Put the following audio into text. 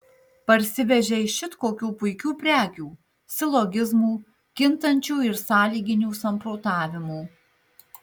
parsivežei šit kokių puikių prekių silogizmų kintančių ir sąlyginių samprotavimų